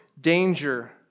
danger